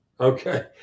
Okay